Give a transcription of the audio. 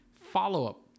Follow-up